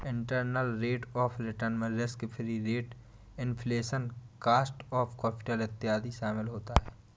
internal rate of return में risk free rate, inflation, cost of capital इत्यादि शामिल होता है